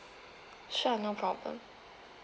sure no problem